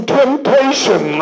temptation